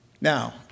Now